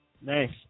Nice